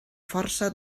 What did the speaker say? força